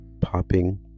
popping